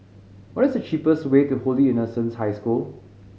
what is the cheapest way to Holy Innocents' High School